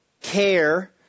care